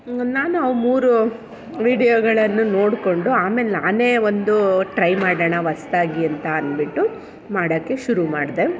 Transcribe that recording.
ನಾನು ಮೂರು ವೀಡಿಯೋಗಳನ್ನು ನೋಡಿಕೊಂಡು ಆಮೇಲೆ ನಾನೇ ಒಂದು ಟ್ರೈ ಮಾಡೋಣ ಹೊಸ್ದಾಗಿ ಅಂತ ಅಂದ್ಬಿಟ್ಟು ಮಾಡೋಕ್ಕೆ ಶುರು ಮಾಡಿದೆ